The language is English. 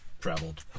traveled